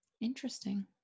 Interesting